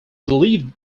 believed